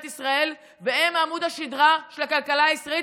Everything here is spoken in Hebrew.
ישראל והם עמוד השדרה של הכלכלה הישראלית,